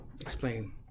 explain